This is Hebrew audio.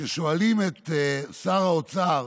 וכששואלים את שר האוצר,